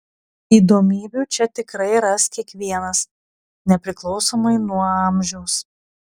įdomybių čia tikrai ras kiekvienas nepriklausomai nuo amžiaus